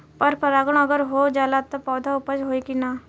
पर परागण अगर हो जाला त का पौधा उपज होई की ना?